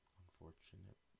unfortunate